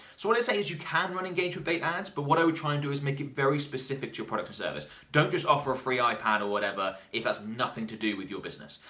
so what it says you can run engage with bait ads, but what i would try and do is make it very specific to your product or service. don't just offer a free ipad or whatever, if has nothing to do with your business.